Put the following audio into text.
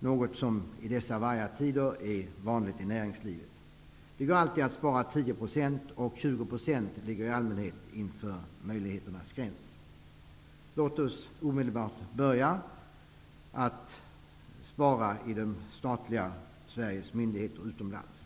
något som i dessa vargatider är vanligt i näringslivet. Det går alltid att spara 10 %, och 20 % ligger i allmänhet inom möjligheternas gräns. Låt oss omedelbart börja att spara i Sveriges statliga myndigheter utomlands.